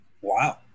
wow